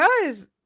guys